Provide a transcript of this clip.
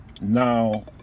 now